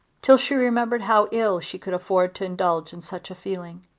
till she remembered how ill she could afford to indulge in such a feeling.